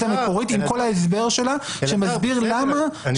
המקורית עם כל ההסבר שלה שמסביר למה --- בסדר,